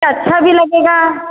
अच्छा भी लगेगा